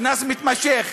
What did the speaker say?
קנס מתמשך,